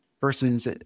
Versus